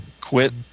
quit